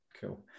cool